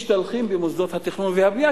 משתלחים במוסדות התכנון והבנייה,